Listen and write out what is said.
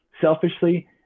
selfishly